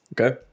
okay